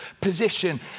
position